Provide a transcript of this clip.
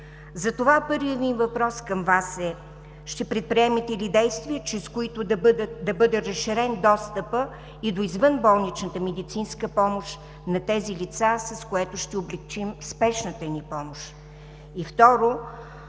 Затова първият ми въпрос към Вас е: ще предприемете ли действия, чрез които да бъде разширен достъпът и до извънболничната медицинска помощ на тези лица, с което ще облекчим спешната ни помощ?